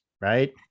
right